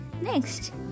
Next